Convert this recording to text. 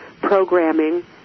programming